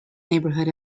neighborhood